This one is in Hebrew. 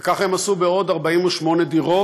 וכך הם עשו בעוד 48 דירות